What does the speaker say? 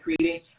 creating